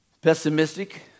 pessimistic